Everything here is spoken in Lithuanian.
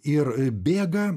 ir bėga